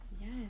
Yes